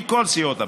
מכל סיעות הבית,